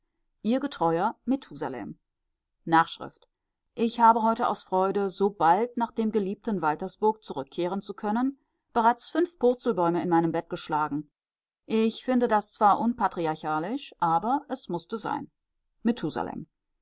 ihr getreuer methusalem nachschrift ich habe heute aus freude so bald nach dem geliebten waltersburg zurückkehren zu können bereits fünf purzelbäume in meinem bett geschlagen ich finde das zwar unpatriarchalisch aber es mußte sein methusalem